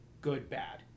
good-bad